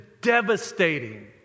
devastating